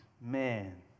man